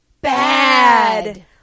bad